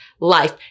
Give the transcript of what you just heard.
life